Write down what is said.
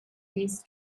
this